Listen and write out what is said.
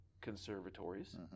conservatories